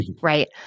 Right